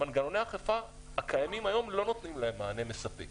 מנגנוני האכיפה הקיימים היום לא נותנים להם מענה מספק